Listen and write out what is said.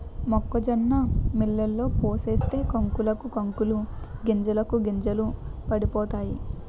మొక్కజొన్న మిల్లులో పోసేస్తే కంకులకు కంకులు గింజలకు గింజలు పడిపోతాయి